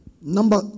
Number